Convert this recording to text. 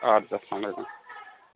اَدٕ حظ اسلام علیکُم